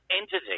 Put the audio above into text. entity